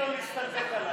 ההסתייגות (2) של חבר הכנסת שלמה